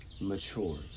matures